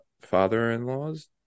father-in-law's